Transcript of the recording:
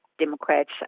Democrats